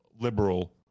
liberal